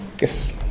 Yes